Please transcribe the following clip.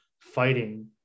fighting